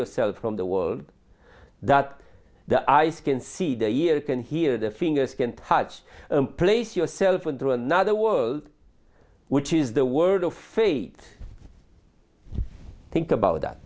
yourself from the world that the eyes can see the year can hear the fingers can touch place yourself into another world which is the word of faith think about that